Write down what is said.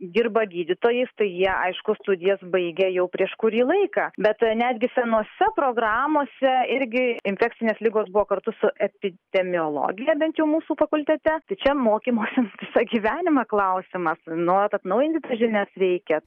dirba gydytojais tai jie aišku studijas baigė jau prieš kurį laiką bet netgi senose programose irgi infekcinės ligos buvo kartu su epidemiologija bent jau mūsų fakultete tai čia mokymosi visą gyvenimą klausimas nuolat atnaujinti tas žinias reikia